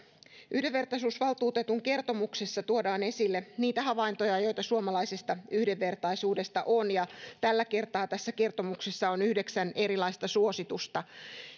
yhdenvertaisuusvaltuutetun kertomuksessa tuodaan esille niitä havaintoja joita suomalaisesta yhdenvertaisuudesta on tällä kertaa tässä kertomuksessa on yhdeksän erilaista suositusta